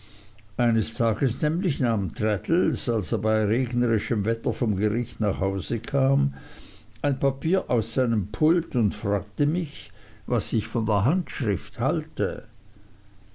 eines tages nämlich nahm traddles als er bei regnerischem wetter vom gericht nach hause kam ein papier aus seinem pult und fragte mich was ich von der handschrift hielte